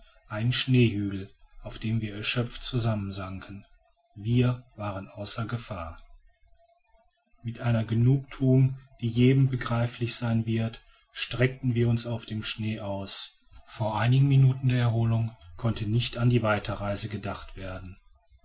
einen schneehügel auf dem wir erschöpft zusammensanken wir waren außer gefahr mit einer genugthuung die jedem begreiflich sein wird streckten wir uns auf dem schnee aus vor einigen minuten der erholung konnte nicht an die weiterreise gedacht werden